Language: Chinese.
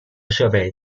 设备